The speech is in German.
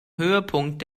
höhepunkt